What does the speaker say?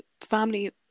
family